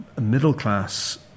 middle-class